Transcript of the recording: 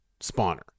spawner